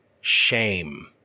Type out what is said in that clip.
Shame